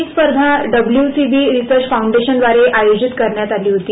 ही स्पर्धा W C B research foundation द्वारे आयोजित करण्यात आली होती